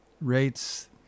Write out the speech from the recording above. rates